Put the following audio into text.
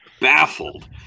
baffled